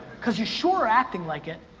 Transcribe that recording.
because you're sure acting like it.